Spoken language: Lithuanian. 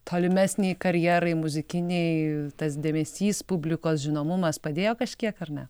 tolimesnei karjerai muzikinei tas dėmesys publikos žinomumas padėjo kažkiek ar ne